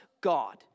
God